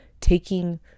taking